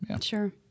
Sure